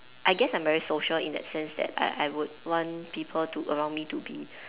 I guess I'm very social in that sense that I I would want people around me to be